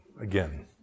again